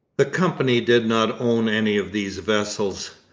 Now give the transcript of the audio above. the company did not own any of these vessels.